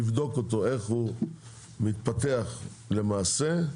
לבדוק איך הוא מתפתח למעשה,